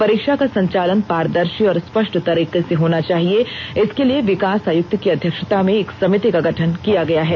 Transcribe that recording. परीक्षा का संचालन पारदर्शी और स्पष्ट तरीके से होना चाहिए इसके लिए विकास आयुक्त की अध्यक्षता में एक समिति का गठन किया गया है